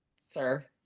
sir